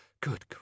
Good